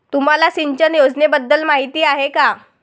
तुम्हाला सिंचन योजनेबद्दल माहिती आहे का?